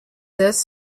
this